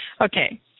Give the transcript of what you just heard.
okay